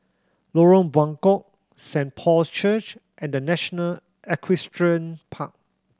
Lorong Buangkok Saint Paul's Church and The National Equestrian Park